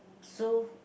so